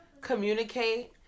communicate